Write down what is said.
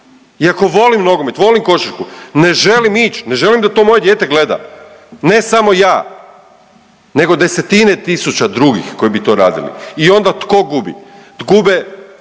iako volim nogomet, volim košarku, ne želim ići, ne želim da to moje dijete gleda. Ne samo ja, nego desetine tisuća drugih koji bi to radili. I onda tko gubi? Gube